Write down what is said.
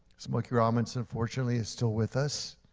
smokey robinson, fortunately, is still with us.